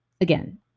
Again